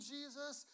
Jesus